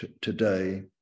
today